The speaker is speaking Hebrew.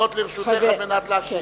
עומדות לרשותך על מנת להשיב.